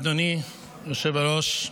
אדוני היושב-ראש.